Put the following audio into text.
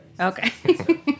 Okay